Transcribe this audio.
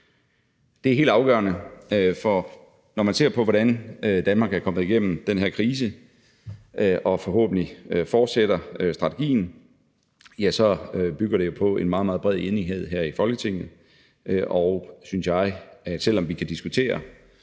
Det er helt afgørende, for når man ser på, hvordan Danmark er kommet igennem den her krise – og forhåbentlig fortsætter vi strategien – ja, så bygger det jo på en meget, meget bred enighed her i Folketinget, og selv om vi kan diskutere